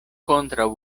kontraŭ